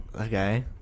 Okay